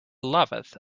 loveth